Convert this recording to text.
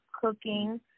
cooking